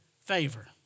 favor